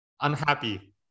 unhappy